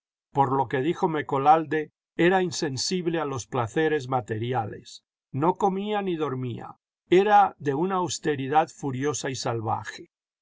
por lo que dijo mecolalde era insensible a los placeres materiales no comía ni dormía era de una austeridad furiosa y salvaje